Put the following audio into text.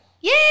Yay